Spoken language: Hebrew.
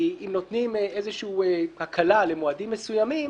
כי אם נותנים איזושהי הקלה למועדים מסוימים,